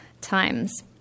times